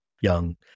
young